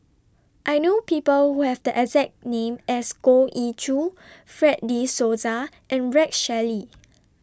I know People Who Have The exact name as Goh Ee Choo Fred De Souza and Rex Shelley